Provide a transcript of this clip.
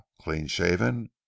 clean-shaven